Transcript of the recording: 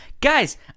Guys